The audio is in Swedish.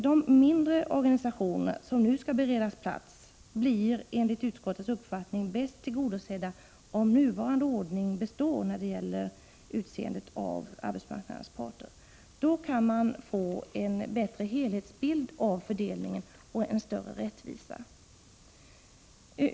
De mindre organisationerna, som nu skall beredas plats, blir enligt utskottets uppfattning bäst tillgodosedda om nuvarande ordning när det gäller att utse representanter för arbetsmarknadens parter består. Då kan man få en bättre helhetsbild av fördelningen och en större rättvisa.